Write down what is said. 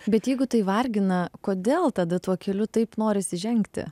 bet jeigu tai vargina kodėl tada tuo keliu taip norisi žengti